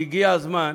כי הגיע הזמן,